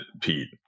Pete